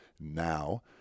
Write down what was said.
now